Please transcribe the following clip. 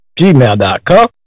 Gmail.com